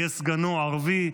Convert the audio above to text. יהיה סגנו ערבי,